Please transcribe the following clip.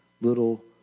little